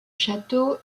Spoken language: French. château